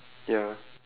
ya